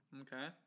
Okay